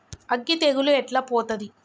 అగ్గి తెగులు ఎట్లా పోతది?